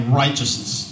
righteousness